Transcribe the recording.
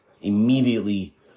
Immediately